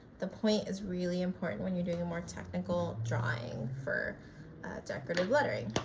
the point is really important when you're doing a more technical drawing for decorative lettering.